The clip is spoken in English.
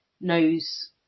knows